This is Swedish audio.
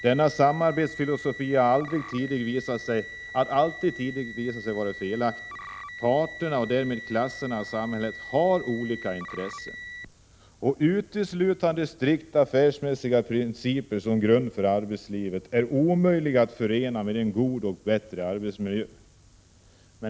Denna samarbetsfilosofi har alltid tidigare visat sig felaktig. Parterna — och därmed klasserna i samhället — har olika intressen. Uteslutande strikt affärsmässiga principer som grund för arbetslivet är omöjliga att förena med en god och en bättre arbetsmiljö.